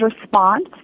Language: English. response